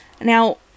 Now